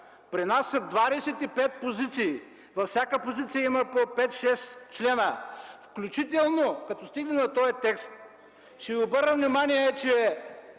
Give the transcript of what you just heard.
При нас са 25 позиции, във всяка позиция има по 5-6 члена. Включително като стигнем до този текст, ще Ви обърна внимание, че